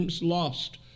lost